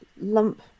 lump